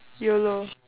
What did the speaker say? YOLO